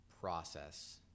process